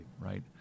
right